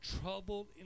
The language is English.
troubled